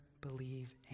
believe